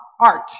art